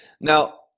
Now